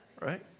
right